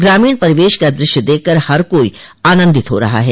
ग्रामीण परिवेश का दृश्य देखकर हर कोई आनन्दित हो रहा है